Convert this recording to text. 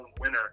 winner